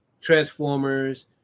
Transformers